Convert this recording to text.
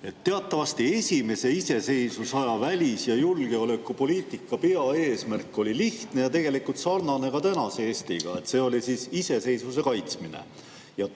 Teatavasti esimese iseseisvusaja välis‑ ja julgeolekupoliitika peaeesmärk oli lihtne ja tegelikult sarnane tänase Eesti omaga – see oli iseseisvuse kaitsmine.